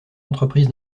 entreprise